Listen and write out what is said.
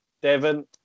Devon